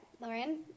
Lauren